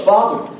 Father